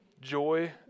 Joy